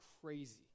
crazy